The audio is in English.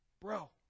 bro